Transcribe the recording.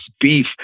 beef